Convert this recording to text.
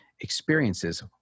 experiences